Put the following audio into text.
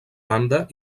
banda